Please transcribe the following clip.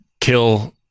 kill